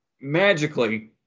magically